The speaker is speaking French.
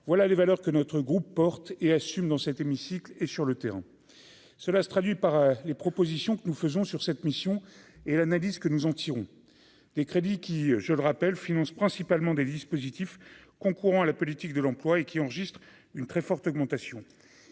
voilà les valeurs que notre groupe porte et assume dans cet hémicycle et sur le terrain, cela se traduit par les propositions que nous faisons sur cette mission et l'analyse que nous en tirons les crédits qui je le rappelle, finance principalement des dispositifs concourant à la politique de l'emploi et qui enregistre une très forte augmentation,